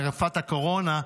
היא מגפת הקורונה,